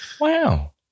Wow